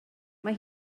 mae